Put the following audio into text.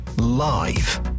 live